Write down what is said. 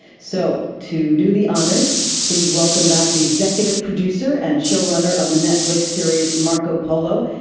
so, to do the honors, please welcome back the executive producer and showrunner of the netflix series marco polo,